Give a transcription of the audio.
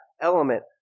element